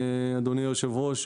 אדוני היושב-ראש,